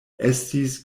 estis